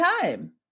time